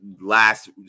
last